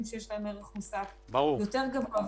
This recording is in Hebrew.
שיש להם ערך מוסף יותר גבוה --- ברור.